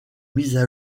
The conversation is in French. mises